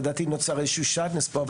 לדעתי נוצר איזשהו שעטנז פה.